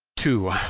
two.